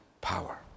power